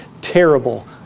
terrible